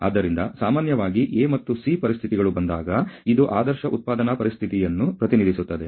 ಆದ್ದರಿಂದ ಸಾಮಾನ್ಯವಾಗಿ A ಮತ್ತು C ಪರಿಸ್ಥಿತಿಗಳು ಬಂದಾಗ ಇದು ಆದರ್ಶ ಉತ್ಪಾದನಾ ಪರಿಸ್ಥಿತಿಯನ್ನು ಪ್ರತಿನಿಧಿಸುತ್ತದೆ